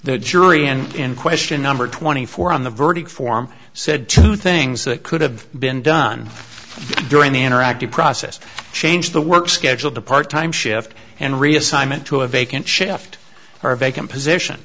the jury and question number twenty four on the verdict form said two things that could have been done during the interactive process change the work schedule to part time shift and reassignment to a vacant shift or vacant position